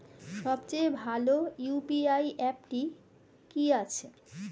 সবচেয়ে ভালো ইউ.পি.আই অ্যাপটি কি আছে?